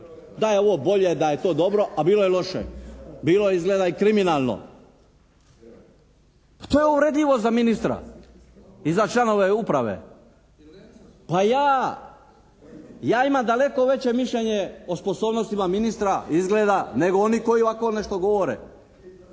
da je ovo bolje, da je to dobro, a bilo je loše, bilo je izgleda i kriminalno. Pa to je uvredljivo za ministra i za članove uprave. Pa ja imamo daleko veće mišljenje o sposobnostima ministra nego oni koji ovako nešto govore.